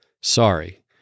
Sorry